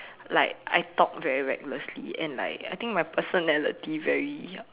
like I talk very recklessly and like I think my personality very